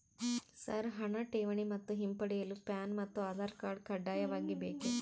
Sir ಹಣ ಠೇವಣಿ ಮತ್ತು ಹಿಂಪಡೆಯಲು ಪ್ಯಾನ್ ಮತ್ತು ಆಧಾರ್ ಕಡ್ಡಾಯವಾಗಿ ಬೇಕೆ?